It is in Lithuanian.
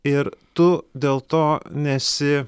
ir tu dėl to nesi